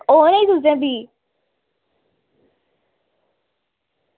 औना ई तुसें बी